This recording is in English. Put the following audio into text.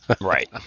Right